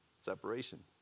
separation